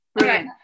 right